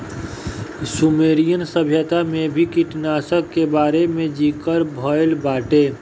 Sumerian सभ्यता में भी कीटनाशकन के बारे में ज़िकर भइल बाटे